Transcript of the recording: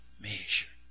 measure